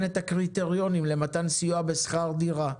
את הקריטריונים למתן סיוע בשכר דירה,